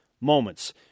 moments